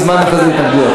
יש זמן אחרי זה להתנגדויות.